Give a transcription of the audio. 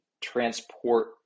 transport